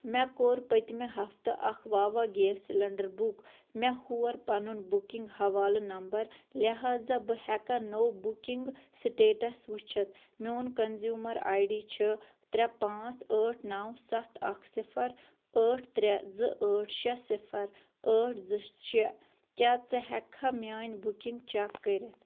مےٚ کوٚر پٔتمہِ ہفتہٕ اکھ واوا گیس سِلیٚنٛڈر بُک مےٚ ہور پنُن بُکِنٛگ حوالہٕ نمبر لحاظہ بہٕ ہیٚکاہ نوٚو بُکِنٛک سٕٹیٹس وُچھِتھ میٛون کنزیٛومر آے ڈی چھِ ترٛےٚ پانٛژھ ٲٹھ نَو سَتھ اکھ صِفر ٲٹھ ترٛےٚ زٕ ٲٹھ شےٚ صِفر ٲٹھ زٕ شےٚ کیٛاہ ژٕ ہیٚکہٕ کھا میٛٲنۍ بُکِنٛک چیٚک کٔرِتھ